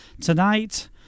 tonight